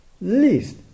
Least